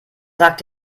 sagt